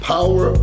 Power